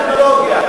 הטכנולוגיה.